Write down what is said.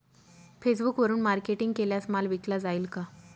फेसबुकवरुन मार्केटिंग केल्यास माल विकला जाईल का?